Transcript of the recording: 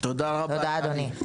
תודה אדוני.